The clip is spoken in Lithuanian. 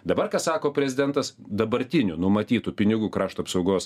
dabar ką sako prezidentas dabartinių numatytų pinigų krašto apsaugos